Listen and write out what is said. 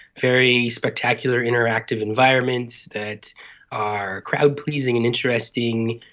very spectacular interactive environments that are crowd pleasing and interesting,